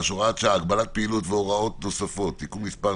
(הוראת שעה) (הגבלת פעילות והוראות נוספות) (תיקון מס'